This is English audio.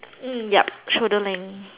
um yup shoulder length